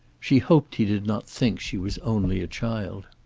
she hoped he did not think she was only a child.